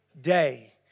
day